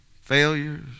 failures